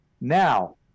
Now